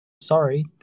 Sorry